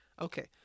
Okay